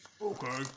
Okay